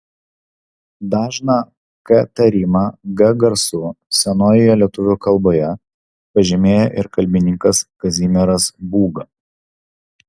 dažną k tarimą g garsu senojoje lietuvių kalboje pažymėjo ir kalbininkas kazimieras būga